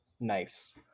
Nice